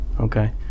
Okay